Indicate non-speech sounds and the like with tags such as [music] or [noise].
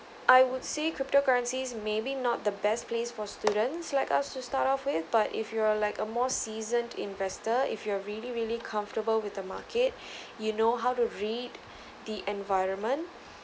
I would say crypto currencies maybe not the best place for students like us to start off with but if you're like a more seasoned investor if you are really really comfortable with the market [breath] you know how to read the environment